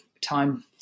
time